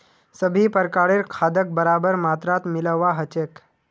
सभी प्रकारेर खादक बराबर मात्रात मिलव्वा ह छेक